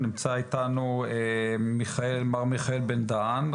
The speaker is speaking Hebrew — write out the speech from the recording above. נמצא איתנו מר מיכאל בן דהן,